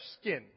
skin